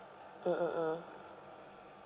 mmhmm mm